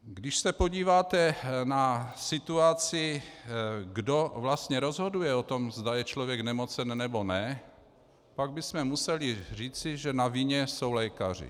Když se podíváte na situaci, kdo vlastně rozhoduje o tom, zda je člověk nemocen, nebo ne, pak bychom museli říci, že na vině jsou lékaři.